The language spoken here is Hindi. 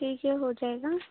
ठीक है हो जायेगा